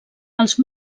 als